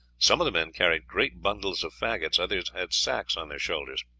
some of the men carried great bundles of faggots, others had sacks on their shoulders.